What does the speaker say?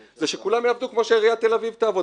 זה שכולם יעבדו כמו שעיריית תל אביב תעבוד.